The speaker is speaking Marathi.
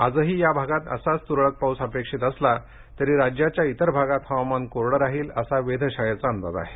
आजही या भागात असाच तुरळक पाऊस अपेक्षित असला तरी राज्याच्या इतर भागात हवामान कोरडं राहील असा वेधशाळेचा अंदाज आहे